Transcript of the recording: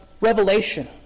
Revelation